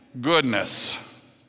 goodness